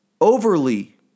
overly